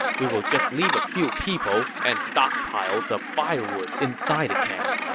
we will just leave a few people and stockpiles of firewood inside the camp.